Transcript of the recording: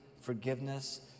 forgiveness